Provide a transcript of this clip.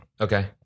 Okay